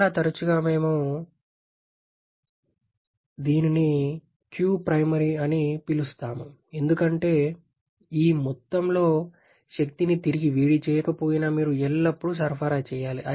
చాలా తరచుగా మేము దీనిని qprimary అని పిలుస్తాము ఎందుకంటే ఈ మొత్తంలో శక్తిని తిరిగి వేడి చేయకపోయినా మీరు ఎల్లప్పుడూ సరఫరా చేయాలి